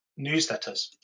newsletters